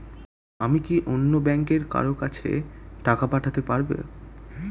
আমি কি অন্য ব্যাংকের কারো কাছে টাকা পাঠাতে পারেব?